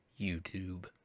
YouTube